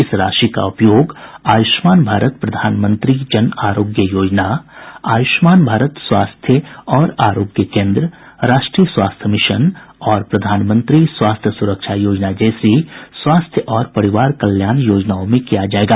इस राशि का उपयोग आयुष्मान भारत प्रधानमंत्री जन आरोग्य योजना आयुष्मान भारत स्वास्थ्य और आरोग्य केंद्र राष्ट्रीय स्वास्थ्य मिशन तथा और प्रधानमंत्री स्वास्थ्य सुरक्षा योजना जैसी स्वास्थ्य और परिवार कल्याण योजनाओं में किया जाएगा